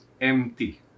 empty